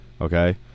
Okay